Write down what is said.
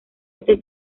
este